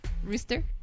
Rooster